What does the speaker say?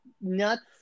nuts